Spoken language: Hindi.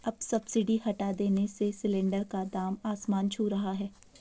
अब सब्सिडी हटा देने से सिलेंडर का दाम आसमान छू रहा है